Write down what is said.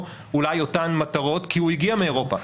אולי אותן מטרות כי הוא הגיע מאירופה,